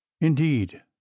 indeed